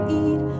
eat